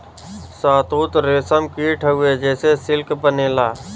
शहतूत रेशम कीट हउवे जेसे सिल्क बनेला